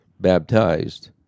baptized